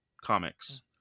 Comics